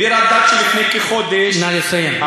נא לסיים.